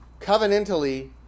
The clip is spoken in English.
covenantally